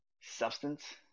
substance